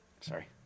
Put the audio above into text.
sorry